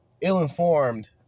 ill-informed